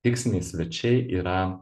tiksliniai svečiai yra